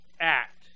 act